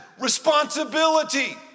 Responsibility